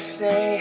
say